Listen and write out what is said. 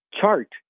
chart